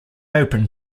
open